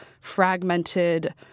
fragmented